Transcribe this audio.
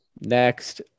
Next